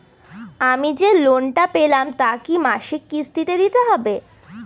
আমি যে লোন টা পেলাম তা কি মাসিক কিস্তি তে দিতে হবে?